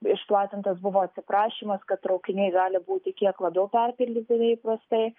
išplatintas buvo atsiprašymas kad traukiniai gali būti kiek labiau perpildyti nei įprastai